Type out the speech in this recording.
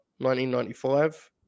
1995